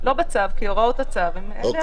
או שאתם מפרשים את זה אחרת.